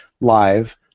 live